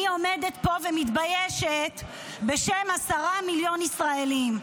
אני עומדת פה ומתביישת בשם 10 מיליון ישראלים.